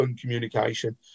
communication